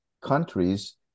countries